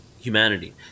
humanity